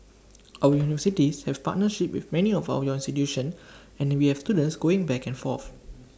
our have partnership with many of out your institutions and we have students going back and forth